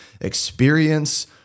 experience